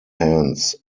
hands